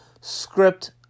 script